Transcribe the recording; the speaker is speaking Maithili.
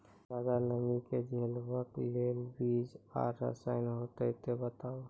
ज्यादा नमी के झेलवाक लेल बीज आर रसायन होति तऽ बताऊ?